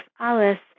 Alice